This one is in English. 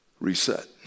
reset